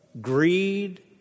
greed